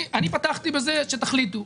אני פתחתי בזה שתחליטו,